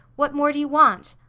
what more do you want?